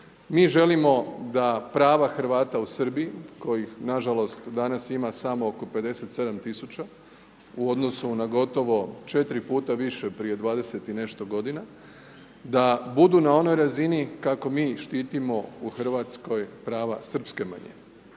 Mi želimo da prava Hrvata u Srbiji kojih nažalost danas ima samo oko 57 tisuća u odnosu na gotovo 4X više prije 20 i nešto godina, da budu na onoj razini kako mi štitimo u Hrvatskoj prava srpske manjine.